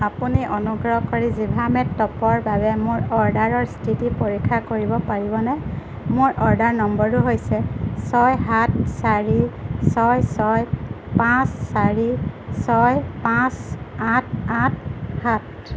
আপুনি অনুগ্ৰহ কৰি জিভামেত টপৰ বাবে মোৰ অৰ্ডাৰৰ স্থিতি পৰীক্ষা কৰিব পাৰিবনে মোৰ অৰ্ডাৰ নম্বৰটো হৈছে ছয় সাত চাৰি ছয় ছয় পাঁচ চাৰি ছয় পাঁচ আঠ আঠ সাত